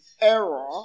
error